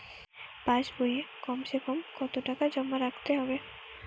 পাশ বইয়ে কমসেকম কত টাকা জমা রাখতে হবে?